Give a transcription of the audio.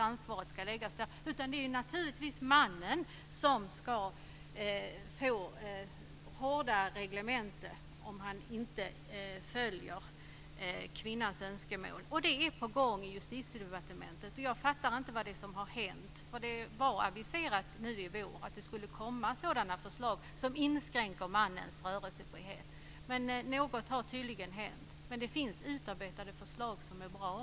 Ansvaret ska inte läggas på henne, utan det är mannen som ska få det hårdare om han inte följer kvinnans önskemål. Detta är på gång i Justitiedepartementet. Men jag förstår inte vad som har hänt. Det var aviserat att det skulle komma sådana förslag nu i vår som inskränker mannens rörelsefrihet. Något har tydligen hänt, men det finns utarbetade förslag som är bra.